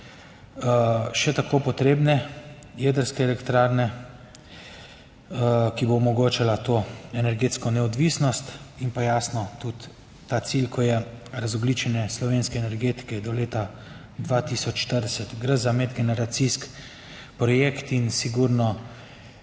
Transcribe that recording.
še tako potrebne jedrske elektrarne, ki bo omogočala to energetsko neodvisnost in pa jasno, tudi ta cilj, ko je razogljičenje slovenske energetike do leta 2040. Gre za medgeneracijski projekt in sigurno